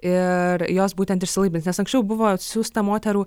ir jos būtent išsilaipins nes anksčiau buvo siųsta moterų